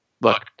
Look